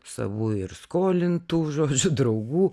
savų ir skolintų žodžiu draugų